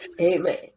Amen